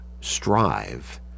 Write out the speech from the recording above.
strive